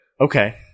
Okay